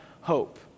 hope